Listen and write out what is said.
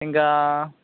ఇంకా